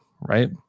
right